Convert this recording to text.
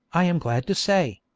i am glad to say.